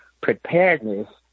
preparedness